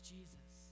Jesus